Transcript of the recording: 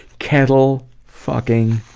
kettle. fucking.